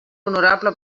honorable